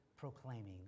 proclaiming